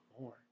more